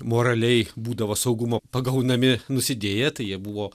moraliai būdavo saugumo pagaunami nusidėję tai jie buvo